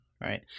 right